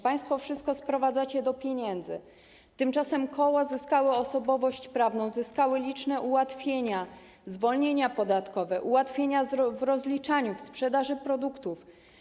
Państwo wszystko sprowadzacie do pieniędzy, tymczasem koła zyskały osobowość prawną, zyskały liczne ułatwienia: zwolnienia podatkowe, ułatwienia w rozliczaniu, w sprzedaży produktów.